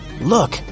Look